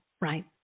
right